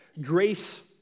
grace